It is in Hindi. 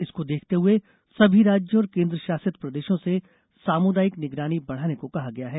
इसको देखते हुए सभी राज्यों और केन्द्र शासित प्रदेशों से सामुदायिक निगरानी बढ़ाने को कहा गया है